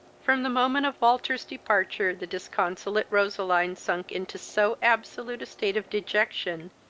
from the moment of walter's departure the disconsolate roseline sunk into so absolute a state of dejection,